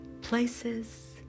places